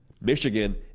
Michigan